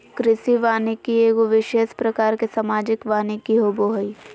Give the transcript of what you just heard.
कृषि वानिकी एगो विशेष प्रकार के सामाजिक वानिकी होबो हइ